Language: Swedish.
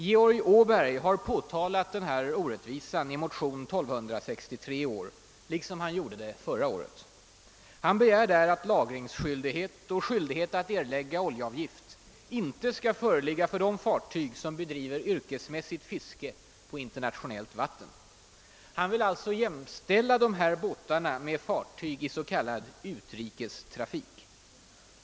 Georg Åberg har påtalat den här orättvisan i motion II: 1263 i år, liksom han gjorde förra året. Han begär att lagringsskyldighet och skyldighet att erläg ga oljeavgift inte skall föreligga för de fartyg som bedriver yrkesmässigt fiske på internationellt vatten. Han vill alltså jämställa de båtarna med fartyg i s.k. utrikestrafik.